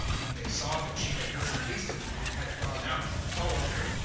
when they saw that she had risen hastily and had gone out, followed her,